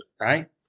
Right